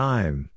Time